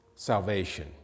salvation